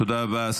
תודה לך.